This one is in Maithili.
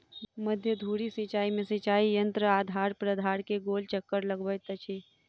मध्य धुरी सिचाई में सिचाई यंत्र आधार प्राधार के गोल चक्कर लगबैत अछि